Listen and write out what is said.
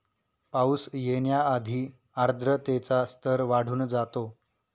पाऊस येण्याआधी आर्द्रतेचा स्तर वाढून जातो